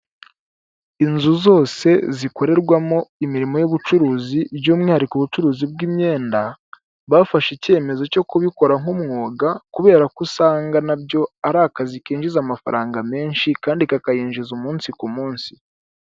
Inzu zose zikorerwamo imirimo y'ubucuruzi by'umwihariko ubucuruzi bw'imyenda, bafashe icyemezo cyo kubikora nk'umwuga kubera ko usanga nabyo ari akazi kinjiza amafaranga menshi kandi kakayinjiza umunsi ku munsi.